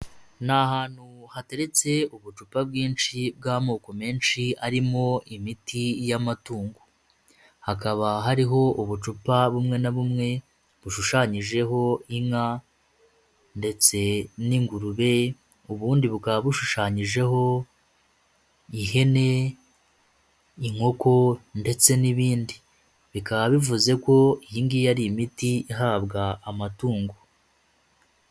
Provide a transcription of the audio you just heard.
Ni ahantu hateretse ubucupa bwinshi bw'amoko menshi arimo imiti y'amatungo. Hakaba hariho ubucupa bumwe na bumwe bushushanyijeho inka ndetse n'ingurube, ubundi bukaba bushushanyijeho ihene, inkoko ndetse n'ibindi. Bikaba bivuze ko iyi ngiyo ari imiti ihabwa amatungo.